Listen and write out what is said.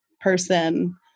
person